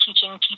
teaching